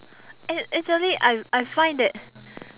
a~ actually I I find that